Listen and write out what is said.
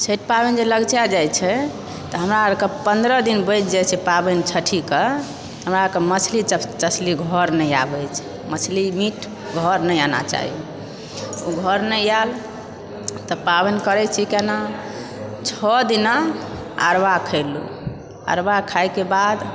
छठि पाबनि जे लगचा जाइत छै तऽ हमरा आरके पन्द्रह दिन बचि जाइत छै पाबनि छठीके हमरा आरके मछली तछली घर नहि आबय छै मछली मीट घर नही आना चाही ओ घर नही आएल तऽ पाबनि करए छी केना छओ दिना अरवा खयलहुँ अरवा खाएके बाद